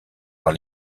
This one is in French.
par